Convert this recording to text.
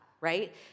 right